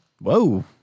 Whoa